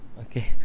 Okay